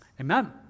Amen